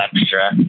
extra